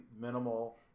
minimal